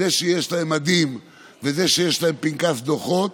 זה שיש להם מדים וזה שיש להם פנקס דוחות,